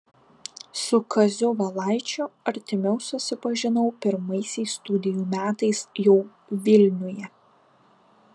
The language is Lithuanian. su kaziu valaičiu artimiau susipažinau pirmaisiais studijų metais jau vilniuje